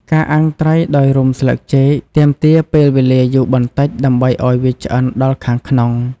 ការអាំងត្រីដោយរុំស្លឹកចេក ទាមទារពេលវេលាយូរបន្តិចដើម្បីឲ្យវាឆ្អិនដល់ខាងក្នុង។